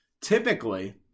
typically